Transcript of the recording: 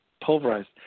pulverized